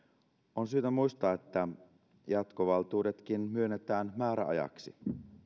on syytä muistaa että jatkovaltuudetkin myönnetään määräajaksi